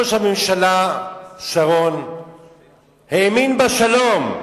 ראש הממשלה שרון האמין בשלום,